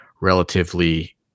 relatively